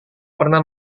pernah